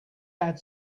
add